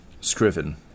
Scriven